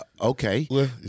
okay